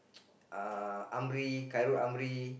uh Amri Khairul-Amri